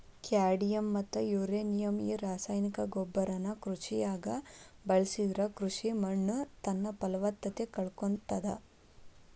cadmium ಮತ್ತ uranium ಈ ರಾಸಾಯನಿಕ ಗೊಬ್ಬರನ ಕೃಷಿಯಾಗ ಬಳಸಿದ್ರ ಕೃಷಿ ಮಣ್ಣುತನ್ನಪಲವತ್ತತೆ ಕಳಕೊಳ್ತಾದ